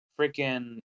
Freaking